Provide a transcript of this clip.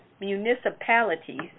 municipalities